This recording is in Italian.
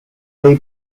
dei